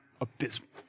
abysmal